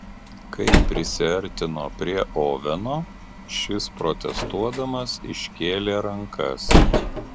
kai prisiartino prie oveno šis protestuodamas iškėlė rankas